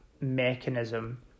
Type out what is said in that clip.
mechanism